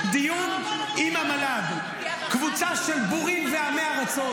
דיון עם המל"ג ------- קבוצה של בורים ועמי ארצות,